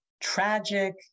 tragic